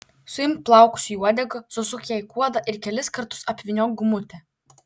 suimk plaukus į uodegą susuk ją į kuodą ir kelis kartus apvyniok gumute